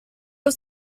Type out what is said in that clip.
was